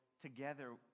together